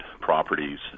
properties